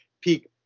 peak